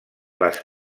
les